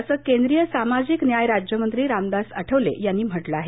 असं केंद्रीय सामाजिक न्यायमंत्री रामदास आठवले यांनी म्हटलं आहे